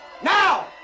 Now